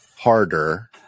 Harder